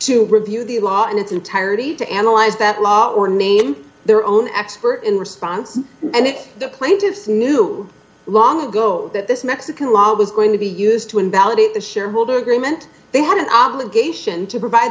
to review the law in its entirety to analyze that law or name their own expert in response and the plaintiffs knew long ago that this mexican law was going to be used to invalidate the shareholder agreement they had an obligation to provide